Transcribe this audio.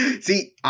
See